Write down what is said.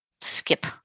skip